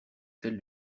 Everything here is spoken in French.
celle